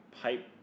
pipe